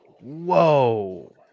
Whoa